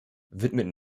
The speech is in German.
widmeten